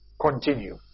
continue